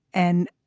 and